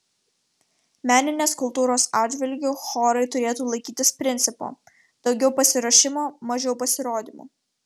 meninės kultūros atžvilgiu chorai turėtų laikytis principo daugiau pasiruošimo mažiau pasirodymų